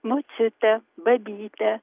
močiutę babytę